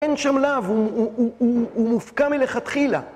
אין שם לאו, הוא מופקע מלכתחילה.